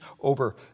over